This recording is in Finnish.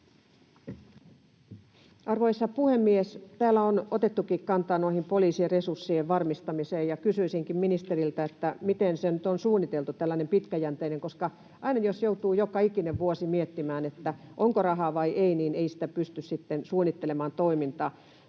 Arvoisa puhemies! Täällä on otettukin kantaa poliisin resurssien varmistamiseen, ja kysyisinkin ministeriltä, miten se on nyt suunniteltu pitkäjänteisesti. Jos aina joutuu joka ikinen vuosi miettimään, onko rahaa vai ei, niin ei siinä pysty suunnittelemaan toimintaa.